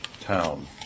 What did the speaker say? town